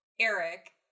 Eric